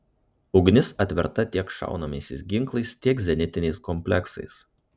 ugnis atverta tiek šaunamaisiais ginklais tiek zenitiniais kompleksais